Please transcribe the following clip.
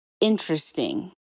interesting